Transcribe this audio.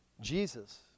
Jesus